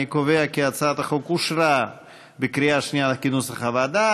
אני קובע כי הצעת החוק אושרה בקריאה שנייה כנוסח הוועדה.